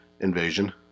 invasion